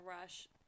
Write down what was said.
rush